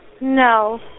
No